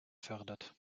fördert